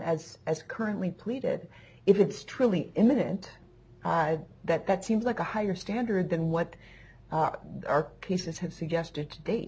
as as currently pleaded if it's truly imminent that that seems like a higher standard than what our cases have suggested to date